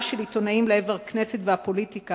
של עיתונאים לעבר הכנסת והפוליטיקה,